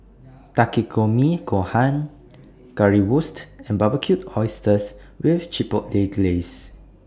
Takikomi Gohan Currywurst and Barbecued Oysters with Chipotle Glaze